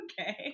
okay